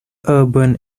urban